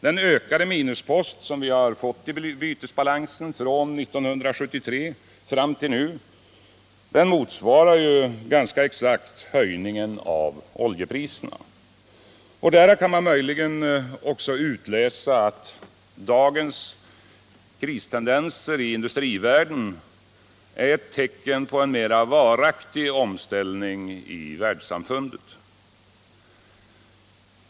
Den ökade minuspost som vi har fått i bytesbalansen från 1973 fram till nu motsvarar ju ganska exakt höjningen av oljepriserna. Därav kan man möjligen också utläsa att dagens kristendenser i industrivärlden är ett tecken på en mera varaktig omställning i världssamfundet.